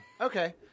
okay